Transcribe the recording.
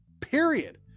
Period